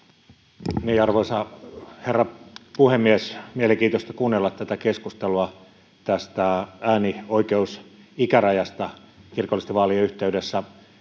Arvoisa herra puhemies! Mielenkiintoista kuunnella tätä keskustelua tästä äänioikeusikärajasta kirkollisten vaalien yhteydessä.